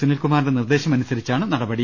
സുനിൽകുമാറിന്റെ നിർദ്ദേശം അനുസരിച്ചാണ് നടപടി